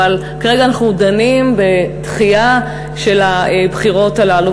אבל כרגע אנחנו דנים בדחייה של הבחירות הללו.